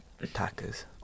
attackers